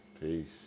Peace